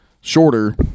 Shorter